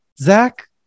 Zach